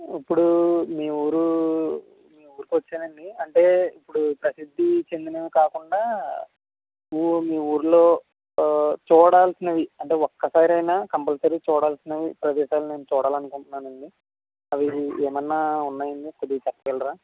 ఇప్పుడు మీ ఊరు మీ ఊరికి వచ్చాను అండి అంటే ఇప్పుడు ప్రసిద్ధి చెందినవి కాకుండా ఊ మీ ఊళ్ళో చూడాల్సినవి అంటే ఒకసారి అయిన కంపల్సరి చూడాల్సినవి ప్రదేశాలు నేను చూడాలి అనుకుంటున్నాను అండి అవి ఏమన్న ఉన్నాయా అండి కొద్దిగా చెప్పగలరా